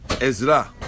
Ezra